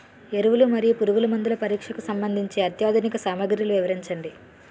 ఎరువులు మరియు పురుగుమందుల పరీక్షకు సంబంధించి అత్యాధునిక సామగ్రిలు వివరించండి?